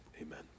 Amen